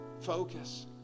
Focus